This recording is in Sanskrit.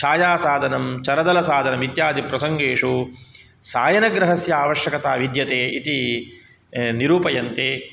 छायासाधनं चरदलसाधनमित्यादिप्रसङ्गेषु सायनग्रहस्य आवश्यकता विद्यते इति निरूपयन्ति